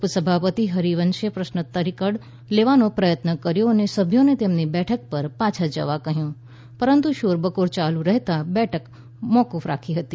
ઉપસભાપતિ હરીવંશે પ્રશ્નોત્તરીકાળ લેવાનો પ્રયત્ન કર્યો અને સભ્યોને તેમની બેઠકો પર પાછા જવા કહ્યું પરંતુ શોરબકોર ચાલુ રહેતાં બેઠક મોફ્ફ રાખી હતી